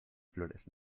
flores